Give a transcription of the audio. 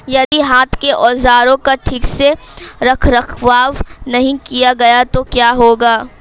यदि हाथ के औजारों का ठीक से रखरखाव नहीं किया गया तो क्या होगा?